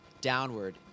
downward